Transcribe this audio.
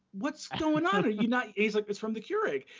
what's going on? and you know he's like, it's from the keurig.